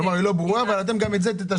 כלומר היא לא ברורה, אבל אתם גם את זה תטשטשו.